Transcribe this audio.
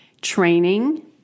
Training